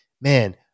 man